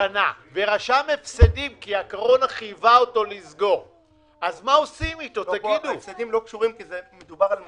הזוגות לא ישלמו את